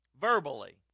Verbally